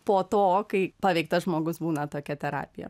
po to kai paveiktas žmogus būna tokia terapija